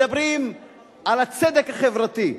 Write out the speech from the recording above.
מדברים על הצדק החברתי.